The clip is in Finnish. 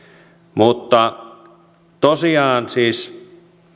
mutta tosiaan siis